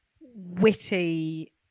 witty